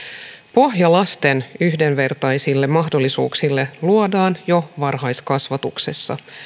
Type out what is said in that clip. pohja lasten yhdenvertaisille mahdollisuuksille luodaan jo varhaiskasvatuksessa